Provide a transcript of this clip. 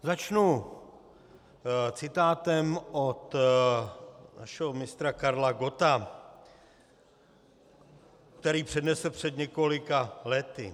Začnu citátem od našeho mistra Karla Gotta, který přednesl před několika lety: